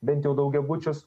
bent jau daugiabučius